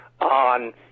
on